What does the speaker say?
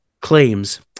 claims